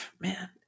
Man